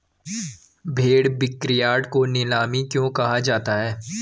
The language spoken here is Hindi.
भेड़ बिक्रीयार्ड को नीलामी क्यों कहा जाता है?